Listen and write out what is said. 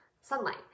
sunlight